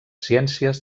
ciències